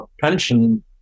pension